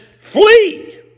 Flee